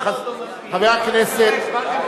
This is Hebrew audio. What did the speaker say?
לחבר הכנסת בן-סימון,